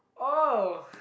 oh